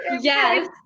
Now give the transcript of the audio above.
yes